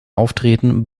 auftreten